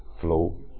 flow